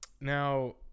now